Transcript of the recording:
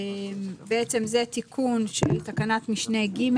בעצם זה תיקון של תקנת משנה (ג),